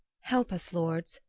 help us, lords,